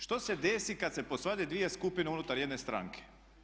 Što se desi kada se posvade dvije skupine unutar jedne stranke?